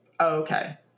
Okay